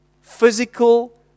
physical